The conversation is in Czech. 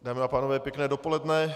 Dámy a pánové, pěkné dopoledne.